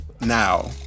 now